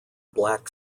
black